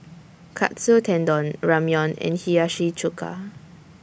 Katsu Tendon Ramyeon and Hiyashi Chuka